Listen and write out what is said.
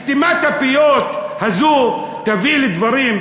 סתימת הפיות הזאת תביא לדברים,